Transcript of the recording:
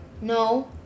No